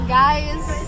guys